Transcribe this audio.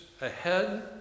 ahead